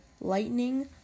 Lightning